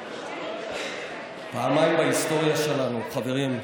פעמים בהיסטוריה שלנו, חברים.